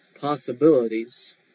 possibilities